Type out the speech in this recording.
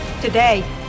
Today